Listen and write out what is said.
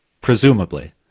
presumably